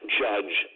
judge